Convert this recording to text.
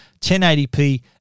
1080p